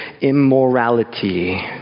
immorality